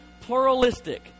pluralistic